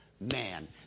Man